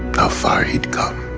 how far he'd come.